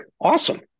awesome